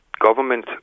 Government